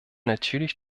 natürlich